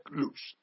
loose